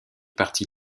parti